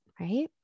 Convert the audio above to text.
right